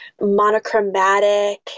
monochromatic